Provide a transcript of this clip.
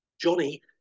Johnny